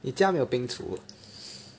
你家没有冰橱 ah